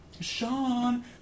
Sean